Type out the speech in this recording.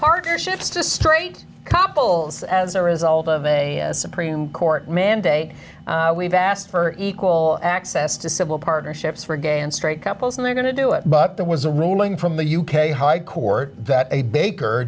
partnerships to straight couples as a result of a supreme court mandate we've asked for equal access to civil partnerships for gay and straight couples and they're going to do it but there was a ruling from the u k high court that a baker